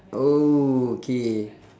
oh K